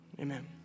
Amen